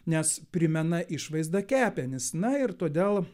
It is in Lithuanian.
nes primena išvaizda kepenis na ir todėl